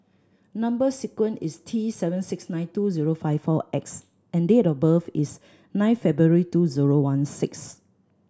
number sequence is T seven six nine two zero five four X and date of birth is nine February two zero one six